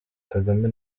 kagame